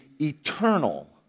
eternal